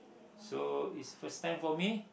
so is first time for me